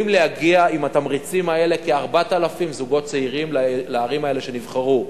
עם התמריצים האלה יכולים להגיע כ-4,000 זוגות צעירים לערים האלה שנבחרו.